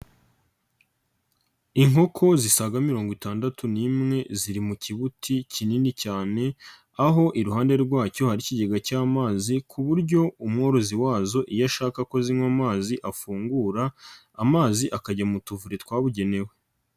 Inkoko zisaga mirongo itandatu n'imwe ziri mu kibuti kinini cyane aho iruhande rwacyo hari ikigega cy'amazi ku buryo umworozi wazo iyo ashaka ko zinywa amazi afungura amazi akajya mu tuvure twabugenewe.